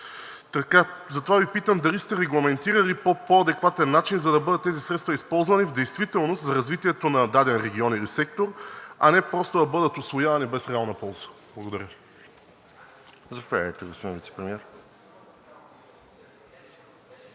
Затова Ви питам дали сте регламентирали по по-адекватен начин, за да бъдат тези средства използвани в действителност за развитието на даден регион или сектор, а не просто да бъдат усвоявани без реална полза? Благодаря. ПРЕДСЕДАТЕЛ РОСЕН ЖЕЛЯЗКОВ: